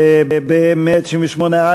השיתופיות,